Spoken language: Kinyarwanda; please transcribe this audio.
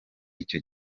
icyo